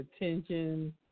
attention